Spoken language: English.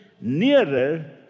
nearer